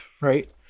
Right